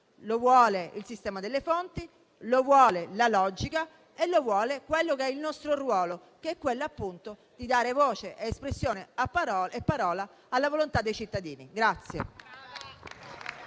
lo vuole il sistema delle fonti, lo vuole la logica e lo vuole il nostro ruolo, che è quello di dare voce, espressione e parola alla volontà dei cittadini.